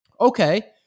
Okay